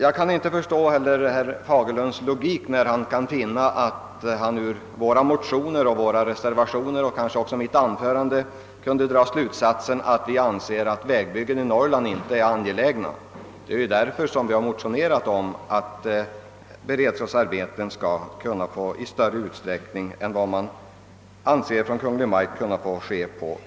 Jag kan inte heller förstå herr Fagerlunds logik när han av våra motioner och reservationer och av vad jag sagt i mitt tidigare anförande kunde dra slutsatsen, att vi skulle anse att vägbyggen i Norrland inte skulle vara angelägna. Det är ju tvärtom därför att vi anser vägbyggnader mycket angelägna som vi har motionerat om att beredskapsarbeten i större utsträckning än vad Kungl. Maj:t anser skall få utföras i form av vägarbeten.